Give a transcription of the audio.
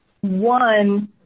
one